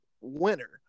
winner